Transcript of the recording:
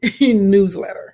newsletter